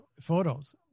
photos